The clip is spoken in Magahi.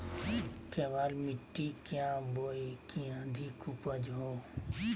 केबाल मिट्टी क्या बोए की अधिक उपज हो?